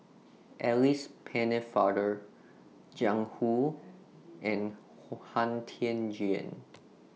Alice Pennefather Jiang Hu and Han Tan Juan